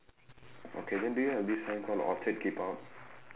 okay then do you have this sign called orchid keep out